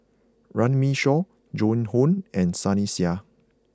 Runme Shaw Joan Hon and Sunny Sia